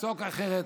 יפסוק אחרת,